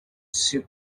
suit